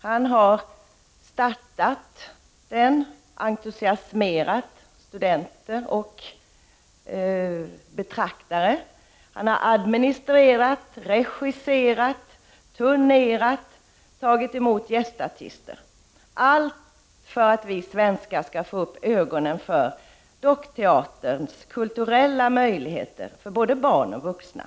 Han har startat den, entusiasmerat studenter och betraktare, administrerat, regisserat, turnerat, tagit emot gästartister — allt för att vi svenskar skall få upp ögonen för dockteaterns kulturella möjligheter för både barn och vuxna.